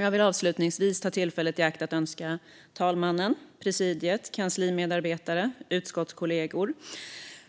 Jag vill avslutningsvis ta tillfället i akt att önska talmannen, presidiet, kansliets medarbetare, utskottskollegorna